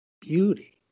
beauty